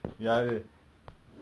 like you have no time to respond